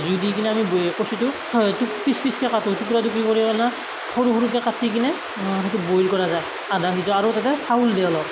জুই দি কিনে আমি বইল কচুটো পিচ পিচকৈ কাটো টুকুৰা টুকুৰি কৰি কেনে সৰু সৰুকৈ কাটি কিনে সেইটো বইল কৰা যায় আধা সিজা আৰু তাতে চাউল দিয়ে অলপ